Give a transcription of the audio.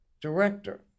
Director